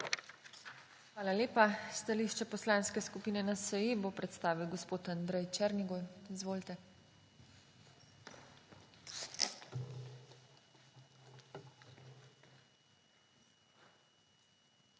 Hvala lepa. Stališče Poslanske skupine NSi bo predstavil gospod Andrej Černigoj. Izvolite.